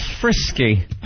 frisky